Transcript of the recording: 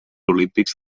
olímpics